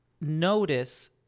notice